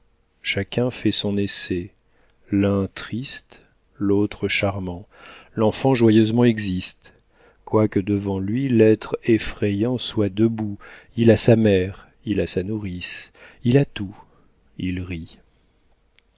chacun fait son essai l'un triste l'autre charmant l'enfant joyeusement existe quoique devant lui l'être effrayant soit debout il a sa mère il a sa nourrice il a tout il rit